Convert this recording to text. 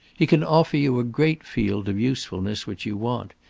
he can offer you a great field of usefulness which you want.